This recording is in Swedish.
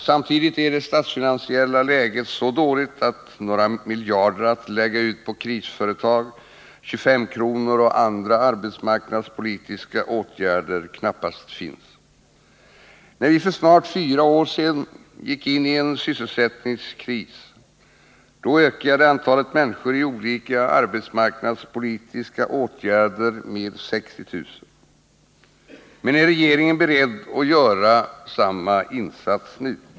Samtidigt är det statsfinansiella läget så dåligt att några miljarder att lägga ut på krisföretag, 25-kronor och andra arbetsmarknadspolitiska åtgärder knappast finns. När vi för snart fyra år sedan gick in i en sysselsättningskris ökade antalet människor som var föremål för olika arbetsmarknadspolitiska åtgärder med 60 000. Men är regeringen beredd att göra samma insats nu?